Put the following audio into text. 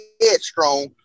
headstrong